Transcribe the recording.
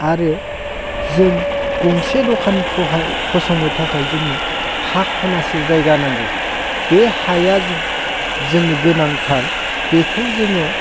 आरो जों गंसे दखान फसंनो थाखाय जोंनो हा खनासे जायगा नांगौ बे हाया जोंनो गोनांथार बेखौ जोङो